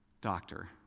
doctor